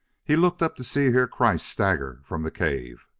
he looked up to see herr kreiss stagger from the cave.